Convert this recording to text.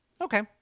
Okay